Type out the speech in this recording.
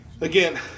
Again